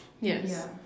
yes